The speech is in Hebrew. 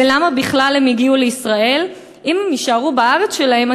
'ולמה בכלל הם הגיעו לישראל?' 'אם הם יישארו בארץ שלהם,